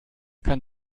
kann